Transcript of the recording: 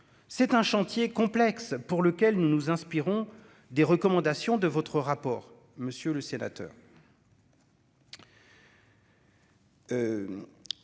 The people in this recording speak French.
c'est un chantier complexe pour lequel nous nous inspirons des recommandations de votre rapport, monsieur le sénateur.